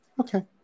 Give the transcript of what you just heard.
Okay